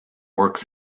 works